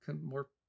more